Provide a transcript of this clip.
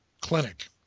clinic